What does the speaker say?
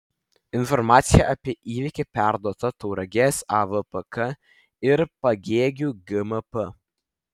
informacija apie įvykį perduota tauragės avpk ir pagėgių gmp